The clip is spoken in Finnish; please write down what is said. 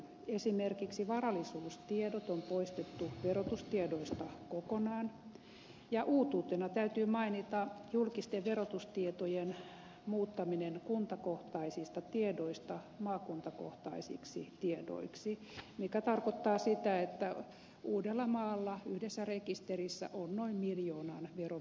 esimerkiksi varallisuustiedot on poistettu verotustiedoista kokonaan ja uutuutena täytyy mainita julkisten verotustietojen muuttaminen kuntakohtaisista tiedoista maakuntakohtaisiksi tiedoiksi mikä tarkoittaa sitä että uudellamaalla yhdessä rekisterissä on noin miljoonan verovelvollisen tietoja